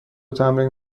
تمرین